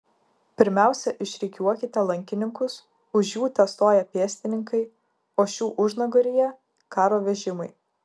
pirmiausia išrikiuokite lankininkus už jų testoja pėstininkai o šių užnugaryje karo vežimai